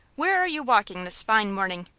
where are you walking this fine morning?